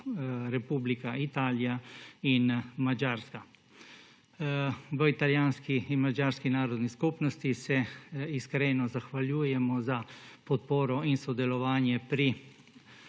Republika Italija in Madžarska. V italijanski in madžarski narodni skupnosti se iskreno zahvaljujemo za podporo in sodelovanje pri